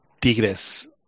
Tigres